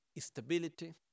stability